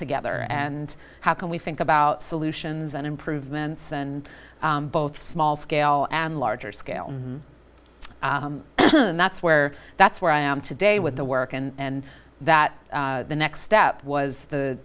together and how can we think about solutions and improvements and both small scale and larger scale and that's where that's where i am today with the work and that the next step was the